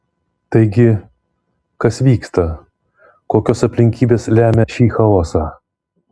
taigi kas vyksta kokios aplinkybės lemia šį chaosą